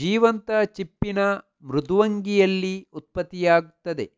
ಜೀವಂತ ಚಿಪ್ಪಿನ ಮೃದ್ವಂಗಿಯಲ್ಲಿ ಉತ್ಪತ್ತಿಯಾಗ್ತದೆ